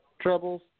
troubles